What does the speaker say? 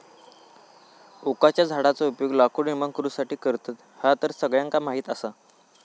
ओकाच्या झाडाचो उपयोग लाकूड निर्माण करुसाठी करतत, ह्या तर सगळ्यांका माहीत आसा